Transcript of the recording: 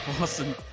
awesome